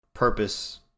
purpose